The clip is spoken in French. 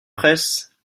presse